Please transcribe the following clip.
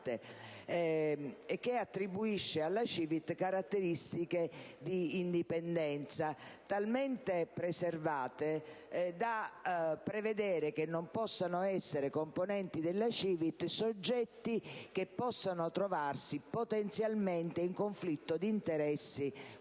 che attribuisce alla Commissione caratteristiche di indipendenza talmente preservate da prevedere che non possano essere componenti della CiVIT soggetti che si trovino potenzialmente in conflitto di interessi